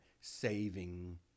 saving